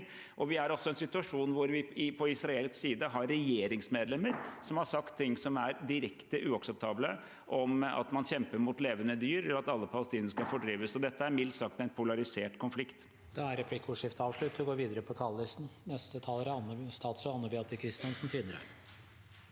Vi er også i en situasjon hvor vi på israelsk side har regjeringsmedlemmer som har sagt ting som er direkte uakseptable, som at man kjemper mot menneskelige dyr, og at alle palestinere skal fordrives. Dette er mildt sagt en polarisert konflikt.